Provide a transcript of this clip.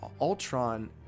Ultron